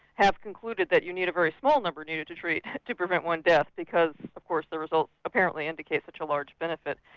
have concluded that you need a very small number needed to treat to prevent one death because of course the results apparently indicate such a large benefit.